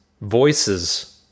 voices